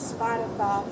Spotify